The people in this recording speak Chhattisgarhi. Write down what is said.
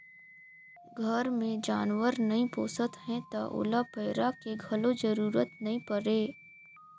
घर मे जानवर नइ पोसत हैं त ओला पैरा के घलो जरूरत नइ परे